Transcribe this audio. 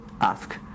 ask